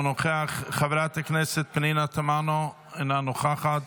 אינו נוכח, חברת הכנסת פנינה תמנו, אינה נוכחת,